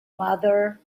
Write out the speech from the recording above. mother